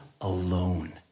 alone